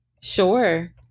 Sure